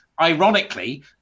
ironically